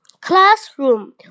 classroom